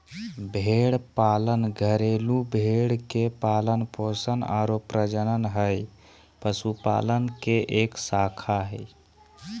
भेड़ पालन घरेलू भेड़ के पालन पोषण आरो प्रजनन हई, पशुपालन के एक शाखा हई